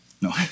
No